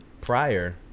prior